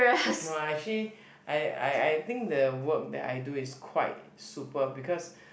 no ah actually I I I think the work that I do is quite super because